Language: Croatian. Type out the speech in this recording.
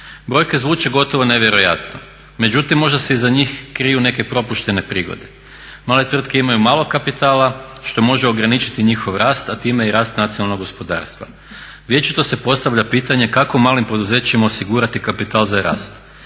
Brojke zvuče gotovo nevjerojatno međutim možda se iza njih kriju neke propuštene prigode. Male tvrtke imaju malo kapitala što može ograničiti njihov rast a time i rast nacionalnog gospodarstva. Vječito se postavlja pitanje kako malim poduzećima osigurati kapital za rast?